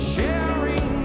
Sharing